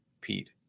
Pete